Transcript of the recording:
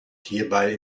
hierbei